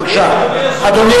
בבקשה, אדוני